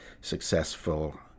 successful